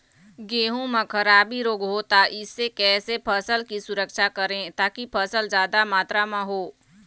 गेहूं म खराबी रोग होता इससे कैसे फसल की सुरक्षा करें ताकि फसल जादा मात्रा म हो?